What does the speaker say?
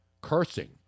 cursing